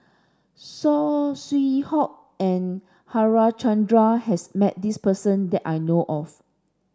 Saw Swee Hock and Harichandra has met this person that I know of